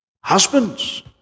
Husbands